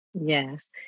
Yes